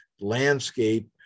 landscape